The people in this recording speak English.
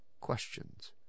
questions